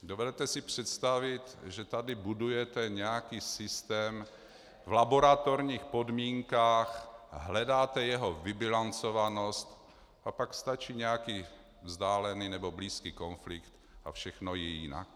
Dovedete si představit, že tady budujete nějaký systém v laboratorních podmínkách, hledáte jeho vybilancovanost, a pak stačí nějaký vzdálený nebo blízký konflikt a všechno je jinak.